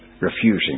refusing